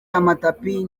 amatapi